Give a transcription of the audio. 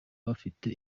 bafite